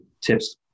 tips